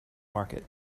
market